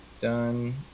done